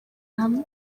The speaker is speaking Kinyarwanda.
hamwe